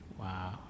wow